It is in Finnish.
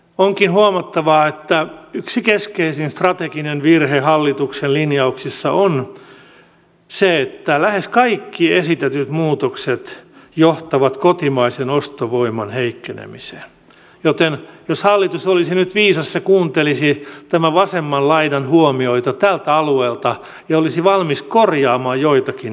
onkin huomattava että yksi keskeisin strateginen virhe hallituksen linjauksissa on se että lähes kaikki esitetyt muutokset johtavat kotimaisen ostovoiman heikkenemiseen joten jos hallitus olisi nyt viisas se kuuntelisi tämän vasemman laidan huomioita tältä alueelta ja olisi valmis korjaamaan joitakin esityksiä